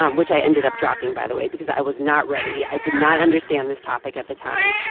um which i ended up dropping, by the way, because i was not ready. i did not understand this topic at the time.